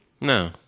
No